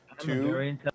Two